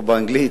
או באנגלית,